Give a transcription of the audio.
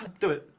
do it.